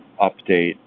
update